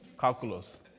calculus